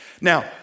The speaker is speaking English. Now